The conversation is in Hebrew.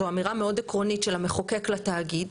זו אמירה מאוד עקרונית של המחוקק לתאגיד